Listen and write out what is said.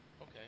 Okay